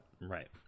right